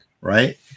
Right